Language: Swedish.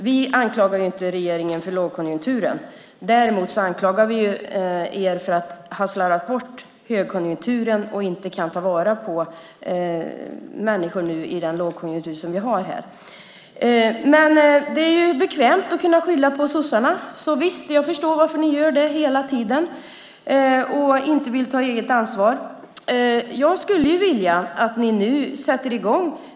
Vi anklagar inte regeringen för lågkonjunkturen. Däremot anklagar vi er för att ha slarvat bort högkonjunkturen och inte kunna ta vara på människor i den lågkonjunktur som vi nu har. Det är ju bekvämt att kunna skylla på sossarna. Visst, jag förstår varför ni gör det hela tiden och inte vill ta eget ansvar. Jag skulle vilja att ni nu sätter i gång.